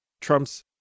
Trump's